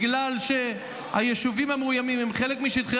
בגלל שהיישובים המאוימים הם חלק משטחי